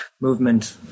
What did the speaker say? movement